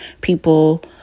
people